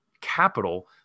capital